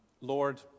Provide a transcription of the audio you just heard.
Lord